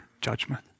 judgment